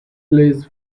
plays